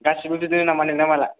गासिबो बिदिनो नामा नोंनो माला